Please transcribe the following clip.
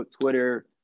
Twitter